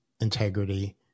integrity